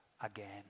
again